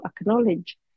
acknowledge